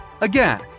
Again